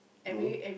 no